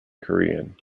korean